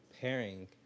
pairing